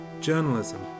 journalism